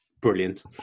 brilliant